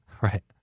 Right